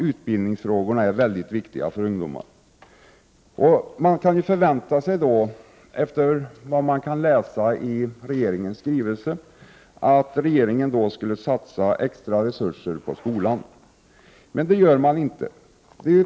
Utbildningsfrågor är mycket viktiga för ungdomar. Efter vad man kan läsa i regeringens skrivelse förväntar man sig då att regeringen skulle satsa extra resurser på skolan. Men det gör man inte.